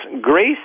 Grace